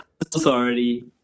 authority